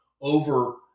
over